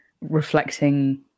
reflecting